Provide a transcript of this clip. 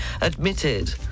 admitted